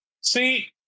See